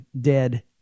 dead